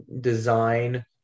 design